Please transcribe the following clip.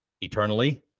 eternally